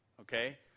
okay